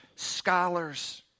scholars